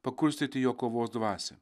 pakurstyti jo kovos dvasią